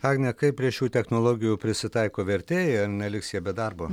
agne kaip prie šių technologijų prisitaiko vertėjai ar neliks jie be darbo